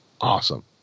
awesome